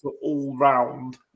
all-round